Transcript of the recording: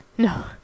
No